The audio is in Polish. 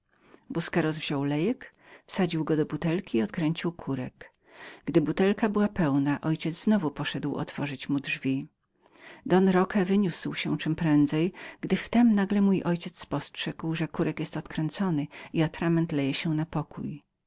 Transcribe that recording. busqueros wziął lejek wsadził do butelki i odkręcił kurek gdy butelka była pełną mój ojciec znowu poszedł otworzyć mu drzwi don roque wyniósł się czem przędzej gdy wtem nagle mój ojciec spostrzegł że kurek był odkręcony i atrament lał się na pokój